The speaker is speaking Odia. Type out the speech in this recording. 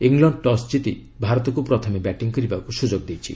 ଇଂଲଣ୍ଡ ଟସ୍ ଜିତି ଭାରତକୁ ପ୍ରଥମେ ବ୍ୟାଟିଂ କରିବାକୁ ସୁଯୋଗ ଦେଇଛି